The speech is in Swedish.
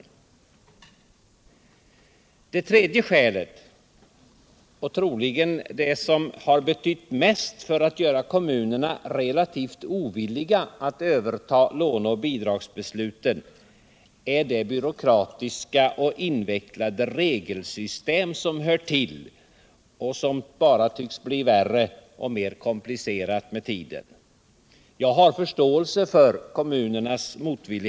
För det tredje — och det är troligen det skäl som har betytt mest för att göra kommunerna relativt ovilliga att överta låne och bidragsbesluten — blir det ett byråkratiskt och invecklat regelsystem. Det hör till, och det tycks bara bli värre och mer komplicerat med tiden. Jag har förståelse för kommunernas motvilja.